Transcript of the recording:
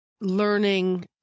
learning